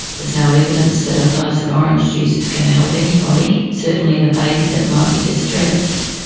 is no evidence that a glass of orange juice is going to help anybody, certainly the baby that might be distressed.